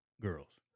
girls